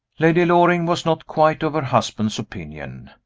lady loring was not quite of her husband's opinion.